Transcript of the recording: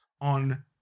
on